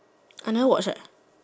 I never watch leh